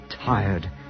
tired